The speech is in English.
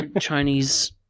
Chinese